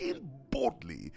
boldly